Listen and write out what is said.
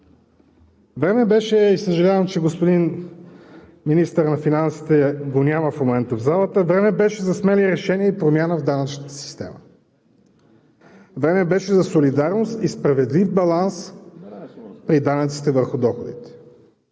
Време беше и съжалявам, че господин министърът на финансите го няма в момента в залата, време беше за промяна в данъчната система. Време беше за солидарност и справедлив баланс при данъците върху доходите.